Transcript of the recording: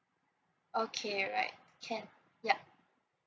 okay right can yeap